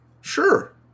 Sure